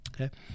Okay